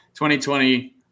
2020